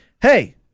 Hey